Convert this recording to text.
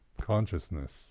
consciousness